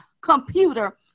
computer